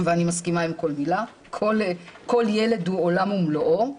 ואני מסכימה עם כל מילה, כל ילד הוא עולם ומלואו.